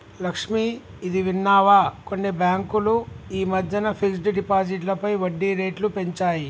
లక్ష్మి, ఇది విన్నావా కొన్ని బ్యాంకులు ఈ మధ్యన ఫిక్స్డ్ డిపాజిట్లపై వడ్డీ రేట్లు పెంచాయి